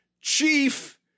Chief